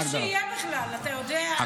בוא נראה שיהיה בכלל, אתה יודע.